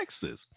Texas